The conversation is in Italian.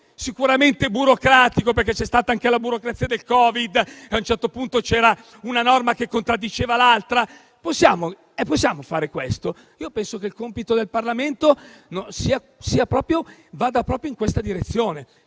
sicuramente burocratico, perché c'è stata anche la burocrazia del Covid e a un certo punto c'era una norma che contraddiceva l'altra. Possiamo fare questo? Penso che il compito del Parlamento vada proprio in questa direzione: